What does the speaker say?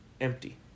empty